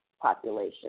population